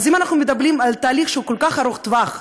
אז אם אנחנו מדברים על תהליך שהוא כל כך ארוך טווח,